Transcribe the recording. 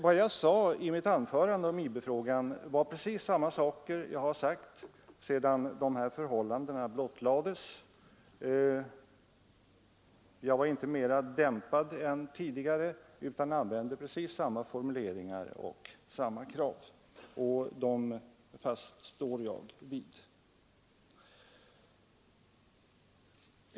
Vad jag sade i mitt anförande om IB-frågan var precis samma saker som jag har sagt sedan dessa förhållanden blottades. Jag var inte mera dämpad än tidigare utan använde precis samma formuleringar och ställde samma krav, och dem står jag fast vid.